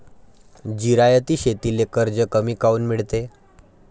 जिरायती शेतीले कर्ज कमी काऊन मिळते?